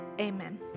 Amen